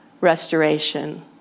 restoration